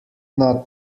not